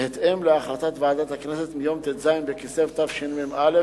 בהתאם להחלטת ועדת הכנסת מיום ט"ז בכסלו התשמ"א,